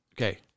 Okay